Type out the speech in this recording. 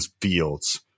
Fields